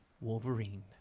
Wolverine